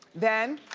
then,